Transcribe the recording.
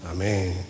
Amen